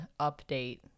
update